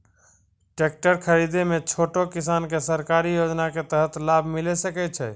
Tractor खरीदै मे छोटो किसान के सरकारी योजना के तहत लाभ मिलै सकै छै?